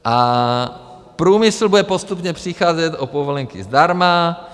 A průmysl bude postupně přicházet o povolenky zdarma.